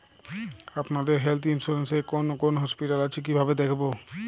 আপনাদের health insurance এ কোন কোন হসপিটাল আছে কিভাবে দেখবো?